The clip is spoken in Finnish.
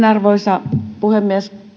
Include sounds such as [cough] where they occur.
[unintelligible] arvoisa puhemies